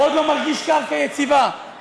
הוא עוד לא מרגיש קרקע יציבה,